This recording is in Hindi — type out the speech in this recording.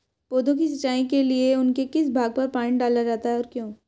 पौधों की सिंचाई के लिए उनके किस भाग पर पानी डाला जाता है और क्यों?